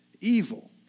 evil